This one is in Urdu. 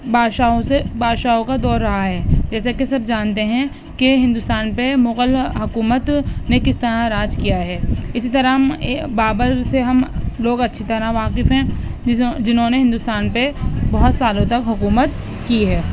بادشاہوں سے بادشاہوں کا دور رہا ہے جیسا کہ سب جانتے ہیں کہ ہندوستان پہ مغل حکومت نے کس طرح راج کیا ہے اسی طرح ہم بابر سے ہم لوگ اچھی طرح واقف ہیں جنہوں نے ہندوستان پہ بہت سالوں تک حکومت کی ہے